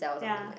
ya